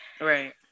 Right